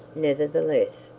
nevertheless,